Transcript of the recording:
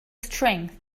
strengths